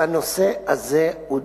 שהנושא הזה הוא,